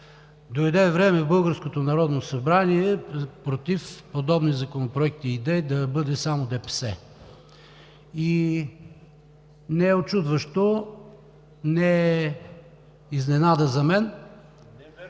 събрание против подобни законопроекти и идеи да бъде само ДПС. И не е учудващо, не е изненада за мен.